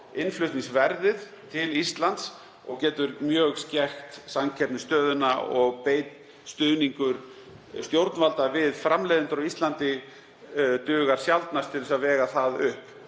innflutningsverð til Íslands og geta skekkt samkeppnisstöðuna talsvert. Beinn stuðningur stjórnvalda við framleiðendur á Íslandi dugar sjaldnast til þess að vega það upp